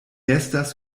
estas